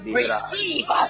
receive